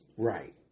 Right